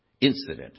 incident